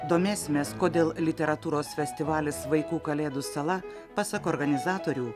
domėsimės kodėl literatūros festivalis vaikų kalėdų sala pasak organizatorių